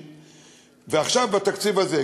ועכשיו בתקציב הזה,